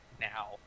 now